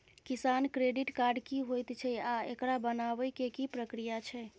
किसान credit card की होयत छै आ एकरा बनाबै के की प्रक्रिया छै?